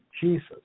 Jesus